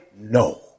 no